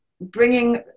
bringing